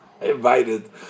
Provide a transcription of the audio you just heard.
invited